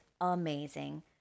amazing